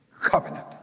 covenant